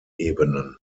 ebenen